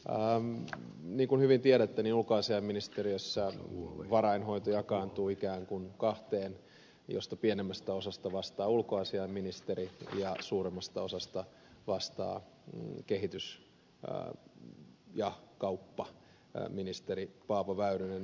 niin kun hyvin tiedätte niin ulkoasiainministeriössä varainhoito jakaantuu ikään kun kahtia ja pienemmästä osasta vastaa ulkoasiainministeri ja suuremmasta osasta vastaa kehitys ja kauppaministeri paavo väyrynen